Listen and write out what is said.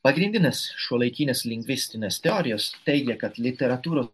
pagrindinės šiuolaikinės lingvistinės teorijos teigia kad literatūros